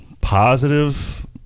positive